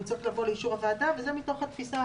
הוא צריך לבוא לאישור הוועדה וזה מתוך התפיסה